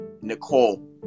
nicole